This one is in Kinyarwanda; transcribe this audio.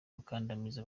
gukandamiza